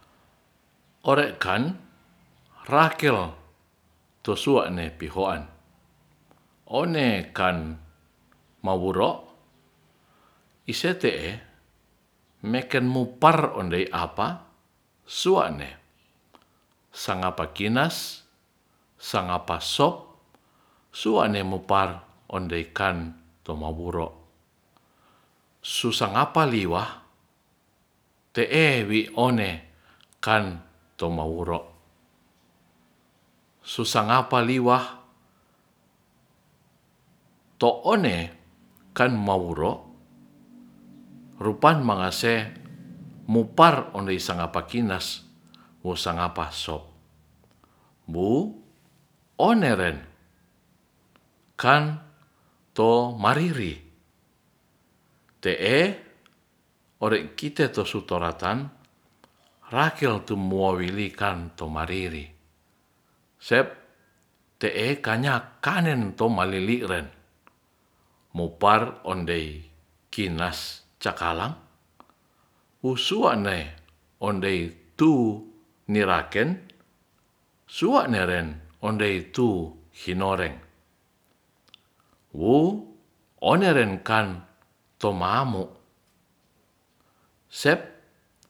Ore kan rakel to sua'ne pi hoan one kan mawuro ise te'e meken mo par ondei apa sua'ne sangapa kinas sangapa sop sua'ne mo par ondei kan to mowuro susangapa liwah te'e wi one kan to maworo susangapa liwa to one kan mawuro rupan mangase mu par ondei sangapa kinas wusangapa sop buu oneren kan to mariri te'e ore kite tusu toratan rakel tumuowilikan tomariri sep te'e kanyak kane to malili'ren mo par ondei kinas cakalang wu usa'ne ondei tu miraken sua' ne ren ondei tu hinoreng wo one ren kan to mamo sep